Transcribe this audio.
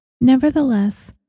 Nevertheless